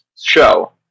show